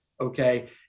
Okay